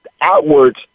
outwards